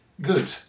good